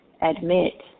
admit